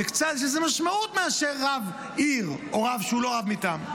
יש לזה משמעות מאשר רב עיר או רב שהוא לא רב מטעם.